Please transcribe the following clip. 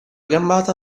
gambata